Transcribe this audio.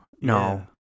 No